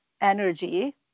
energy